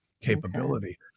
capability